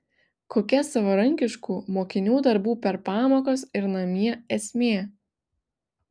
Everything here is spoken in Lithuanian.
kokia savarankiškų mokinių darbų per pamokas ir namie esmė